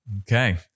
Okay